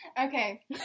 Okay